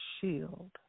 shield